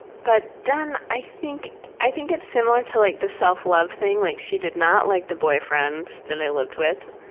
but then i think i think it's similar to like the self-love thing. like she did not like the boyfriend that i lived with.